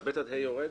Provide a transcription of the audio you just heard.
אז (ב) עד (ה) יורד?